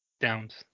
Downs